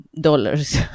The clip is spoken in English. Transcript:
dollars